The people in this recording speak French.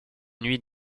nuits